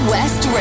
West